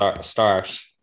start